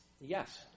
Yes